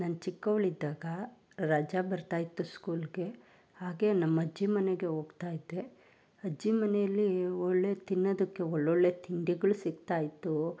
ನಾನು ಚಿಕ್ಕವಳಿದ್ದಾಗ ರಜ ಬರ್ತಾ ಇತ್ತು ಸ್ಕೂಲಿಗೆ ಹಾಗೇ ನಮ್ಮಜ್ಜಿ ಮನೆಗೆ ಹೋಗ್ತಾಯಿದ್ದೆ ಅಜ್ಜಿ ಮನೆಯಲ್ಲಿ ಒಳ್ಳೆಯ ತಿನ್ನೋದಕ್ಕೆ ಒಳ್ಳೊಳ್ಳೆಯ ತಿಂಡಿಗಳು ಸಿಗ್ತಾಯಿತ್ತು